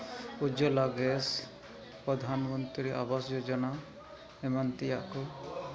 ᱩᱡᱚᱞᱟ gas Pradhan Mantri Awas Yojana ᱮᱢᱟᱱ ᱛᱮᱭᱟᱜ ᱠᱚ